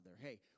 Hey